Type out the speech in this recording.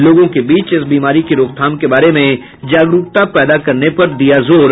लोगों के बीच इस बीमारी की रोकथाम के बारे में जागरूकता पैदा करने पर दिया जोर